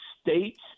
states